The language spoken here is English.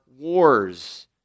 Wars